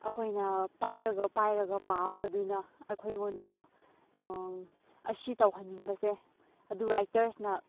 ꯑꯩꯈꯣꯏꯅ ꯄꯥꯏꯔꯒ ꯄꯥꯏꯔꯒ ꯄꯥꯕꯗꯨꯅ ꯑꯩꯈꯣꯏꯉꯣꯟꯗꯁꯨ ꯑꯁꯤ ꯇꯧꯍꯟꯅꯤꯡꯕꯁꯦ ꯑꯗꯨ ꯔꯥꯏꯇ꯭ꯔꯁꯅ